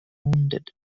wounded